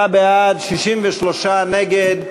44 בעד, 63 נגד,